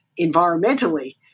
environmentally